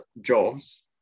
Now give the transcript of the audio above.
jobs